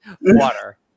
water